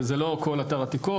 זה לא רק ארכיאולוגיה,